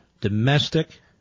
domestic